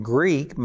Greek